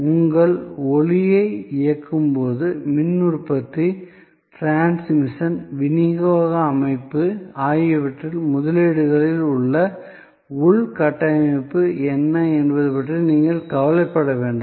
உங்கள் ஒளியை இயக்கும்போது மின் உற்பத்தி ட்ரான்ஸ்மிஷன் விநியோக அமைப்பு ஆகியவற்றில் முதலீடுகளில் உள்ள உள்கட்டமைப்பு என்ன என்பது பற்றி நீங்கள் கவலைப்பட வேண்டாம்